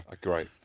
Great